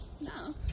No